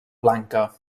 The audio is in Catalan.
blanca